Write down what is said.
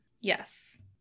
Yes